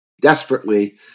desperately